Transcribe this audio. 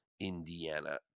Indiana